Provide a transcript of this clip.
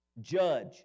Judge